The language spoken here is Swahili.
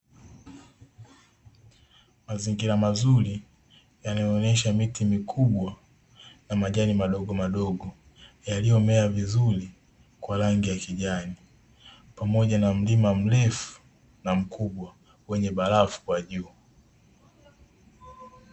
Mazingira mazuri yanayo onesha miti mikubwa na majani madogo madogo yaliyo mea vizuri yenye rangi ya kijani pamoja na mlima mrefu na mkubwa wenye barafu kwa juu.